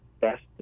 best